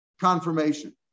confirmation